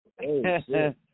Hey